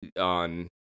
on